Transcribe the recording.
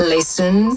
Listen